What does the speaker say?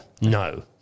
No